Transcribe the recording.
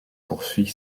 poursuit